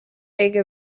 big